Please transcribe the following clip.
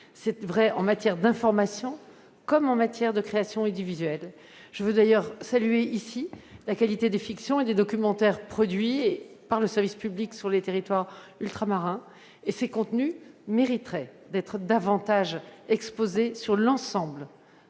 Cela vaut en matière d'information comme de création audiovisuelle. Je veux d'ailleurs saluer ici la qualité des fictions et des documentaires produits par le service public sur les territoires ultramarins. Ces contenus mériteraient d'être davantage exposés sur l'ensemble